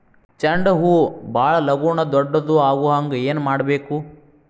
ಚಂಡ ಹೂ ಭಾಳ ಲಗೂನ ದೊಡ್ಡದು ಆಗುಹಂಗ್ ಏನ್ ಮಾಡ್ಬೇಕು?